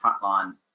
frontline